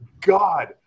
God